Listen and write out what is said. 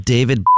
David